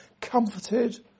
comforted